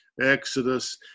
Exodus